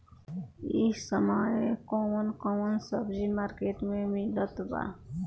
इह समय कउन कउन सब्जी मर्केट में मिलत बा?